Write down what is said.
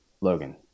Logan